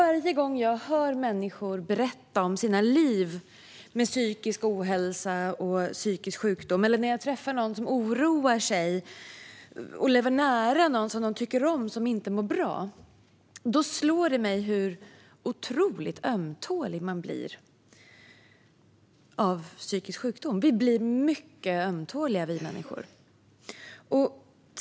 Varje gång jag hör människor berätta om sina liv med psykisk ohälsa och psykisk sjukdom, eller när jag träffar någon som oroar sig för och lever nära någon som de tycker om och som inte mår bra, slår det mig hur otroligt ömtålig man blir av psykisk sjukdom. Vi blir mycket ömtåliga, vi människor.